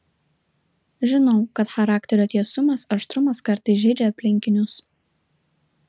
žinau kad charakterio tiesumas aštrumas kartais žeidžia aplinkinius